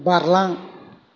बारलां